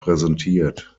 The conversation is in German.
präsentiert